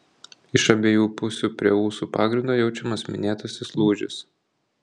iš abiejų pusių prie ūsų pagrindo jaučiamas minėtasis lūžis